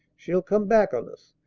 she'll come back on us.